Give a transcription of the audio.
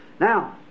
Now